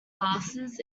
classes